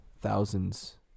thousands